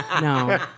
no